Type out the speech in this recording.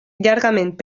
llargament